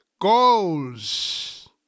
goals